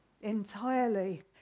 entirely